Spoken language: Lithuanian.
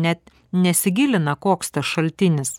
net nesigilina koks tas šaltinis